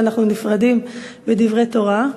ואנחנו נפרדים בדברי תורה.